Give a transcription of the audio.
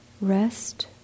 rest